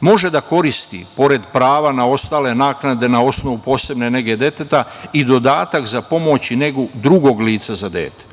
može da koristi, pored prava na ostale naknade na osnovu posebne nege deteta, i dodatak za pomoć i negu drugog lica za dete.